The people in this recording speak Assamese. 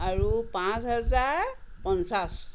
আৰু পাঁছ হেজাৰ পঞ্চাছ